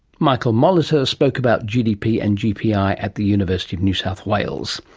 michael molitor spoke about gdp and gpi at the university of new south wales.